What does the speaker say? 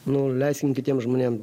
nu leiskim kitiems žmonėms